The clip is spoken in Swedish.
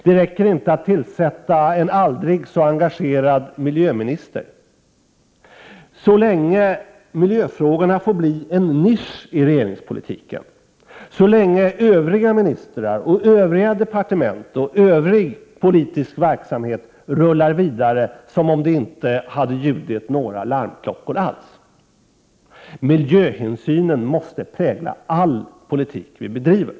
Det räcker inte heller med att tillsätta en aldrig så engagerad miljöminister, så länge miljöfrågorna får bli en nisch i regeringspolitiken, så länge övriga ministrar och övriga departement samt övrig politisk verksamhet rullar vidare som om det inte hade ljudit några larmklockor alls. Miljöhänsynen måste prägla all politisk verksamhet som vi bedriver.